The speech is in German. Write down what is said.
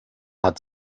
hat